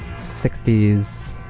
60s